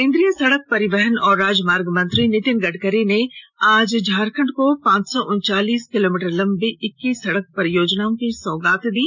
केंद्रीय सड़क परिवहन और राजमार्ग मंत्री नीतिन गड़करी ने आज झारखंड को पांच सौ उनचालीस किलोमीटर लंबी इक्कीस सड़क परियोजनाओं की सौगात दी